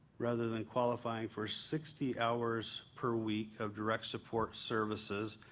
rather than qualifying for sixty hours per week of direct support services,